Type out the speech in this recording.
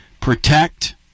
Protect